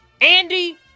Andy